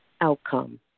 Outcome